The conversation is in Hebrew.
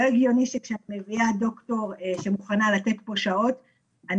זה לא הגיוני שכשאת מביאה לפה ד"ר שמוכנה לתת פה שעות אני